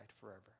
forever